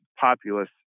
populous